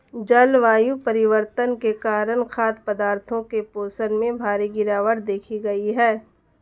जलवायु परिवर्तन के कारण खाद्य पदार्थों के पोषण में भारी गिरवाट देखी गयी है